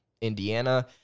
Indiana